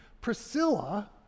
Priscilla